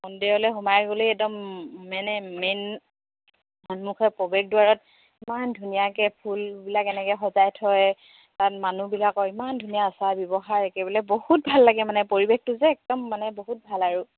মন্দিৰলে সোমাই গ'লেই একদম মেনে মেইন সন্মুখত প্ৰৱেশ দুৱাৰত ইমান ধুনীয়াকৈ ফুলবিলাক এনেকৈ সজাই থয় তাত মানুহবিলাকৰ ইমান ধুনীয়া আচাৰ ব্যৱহাৰ একেবাৰে বহুত ভাল লাগে মানে পৰিৱেশটো যে একদম মানে বহুত ভাল আৰু